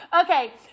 Okay